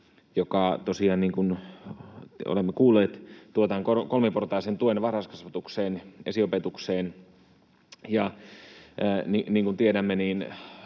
joka, niin kun olemme kuulleet, tuo tämän kolmiportaisen tuen varhaiskasvatukseen, esiopetukseen. Niin kuin tiedämme,